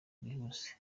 bwihuse